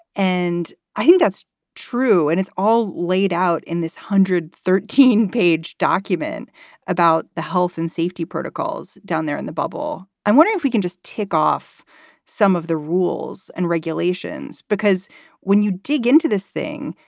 and i think that's true. and it's all laid out in this hundred thirteen page document about the health and safety protocols down there in the bubble. i wonder if we can just tick off some of the rules and regulations, because when you dig into this thing,